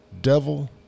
Devil